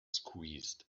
squeezed